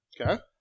Okay